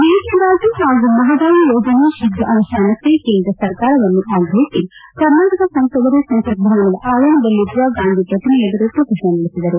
ಮೇಕೆದಾಟು ಹಾಗೂ ಮಹದಾಯಿ ಯೋಜನೆ ಶೀಘ್ರ ಅನುಷ್ಠಾನಕ್ಕೆ ಕೇಂದ್ರ ಸರ್ಕಾರವನ್ನು ಆಗ್ರಹಿಸಿ ಕರ್ನಾಟಕ ಸಂಸದರು ಸಂಸತ್ ಭವನದ ಆವರಣದಲ್ಲಿರುವ ಗಾಂಧಿ ಪ್ರತಿಮೆ ಎದುರು ಪ್ರದರ್ಶನ ನಡೆಸಿದರು